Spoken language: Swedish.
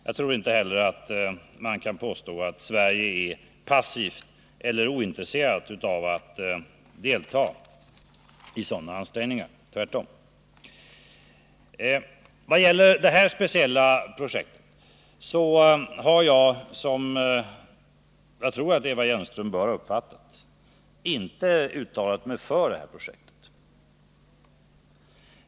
Jag tror inte heller att man kan påstå att Sverige förhåller sig passivt eller är ointresserat av att delta i sådana ansträngningar. Tvärtom. Jag har, som jag tror att Eva Hjelmström bör ha uppfattat, inte uttalat mig för det här speciella projektet.